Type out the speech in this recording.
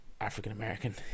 African-American